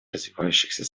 развивающихся